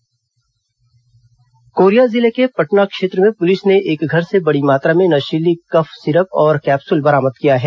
Korea नशीली दवा कोरिया जिले के पटना क्षेत्र में पुलिस ने एक घर से बड़ी मात्रा में नशीली कफ सिरप और कैप्सुल बरामद किया है